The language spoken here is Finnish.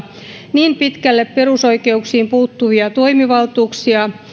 niin pitkälle perusoikeuksiin puuttuvia toimivaltuuksia